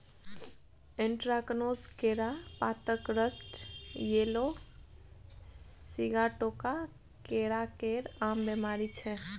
anthracnose, केरा पातक rust, yellow Sigatoka केरा केर आम बेमारी छै